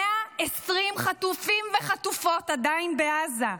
120 חטופים וחטופות עדיין בעזה,